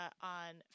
on